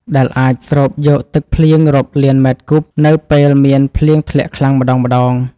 ដែលអាចស្រូបយកទឹកភ្លៀងរាប់លានម៉ែត្រគូបនៅពេលមានភ្លៀងធ្លាក់ខ្លាំងម្តងៗ។